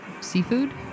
Seafood